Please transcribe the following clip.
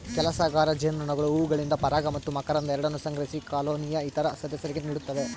ಕೆಲಸಗಾರ ಜೇನುನೊಣಗಳು ಹೂವುಗಳಿಂದ ಪರಾಗ ಮತ್ತು ಮಕರಂದ ಎರಡನ್ನೂ ಸಂಗ್ರಹಿಸಿ ಕಾಲೋನಿಯ ಇತರ ಸದಸ್ಯರಿಗೆ ನೀಡುತ್ತವೆ